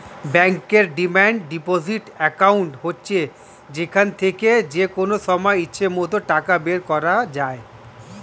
ব্যাংকের demand deposit account হচ্ছে যেখান থেকে যেকনো সময় ইচ্ছে মত টাকা বের করা যায়